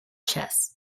chess